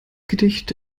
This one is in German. gedicht